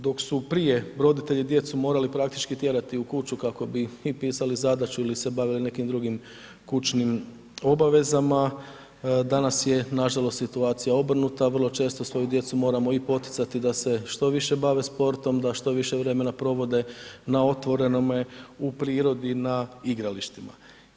Dok su prije roditelji djecu morali praktički tjerati u kuću kako bi i pisali zadaću ili se bavili nekim drugim kućnim obavezama, danas je nažalost situacija obrnuta, vrlo četo svoju djecu moramo i poticati da se što više bave sportom, da što više vremena provode na otvorenome u prirodi, na igralištima.